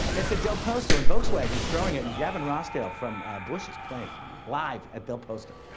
it's at del posto and volkswagon's throwing it and gavin rossdale from bush is playing live at del posto.